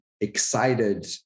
excited